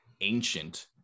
ancient